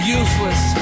useless